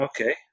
Okay